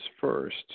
first